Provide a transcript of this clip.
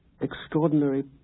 extraordinary